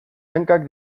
hankak